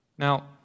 Now